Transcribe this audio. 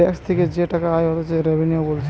tax থিকে যে আয় হচ্ছে সেটাকে রেভিনিউ বোলছে